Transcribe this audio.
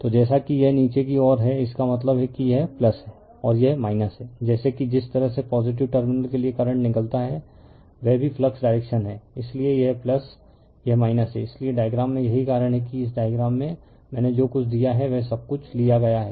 तो जैसा कि यह नीचे की ओर है इसका मतलब है कि यह है और यह है जैसे कि जिस तरह से पॉजिटिव टर्मिनल के लिए करंट निकलता है वह भी फ्लक्स डायरेक्शन है इसलिए यह यह है इसीलिए डायग्राम में यही कारण है कि इस डायग्राम में मैंने जो कुछ दिया है वह सब कुछ लिया गया है